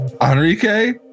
Enrique